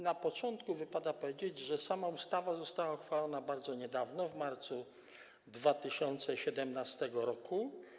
Na początku wypada powiedzieć, że sama ustawa została uchwalona bardzo niedawno, w marcu 2017 r.